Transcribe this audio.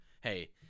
hey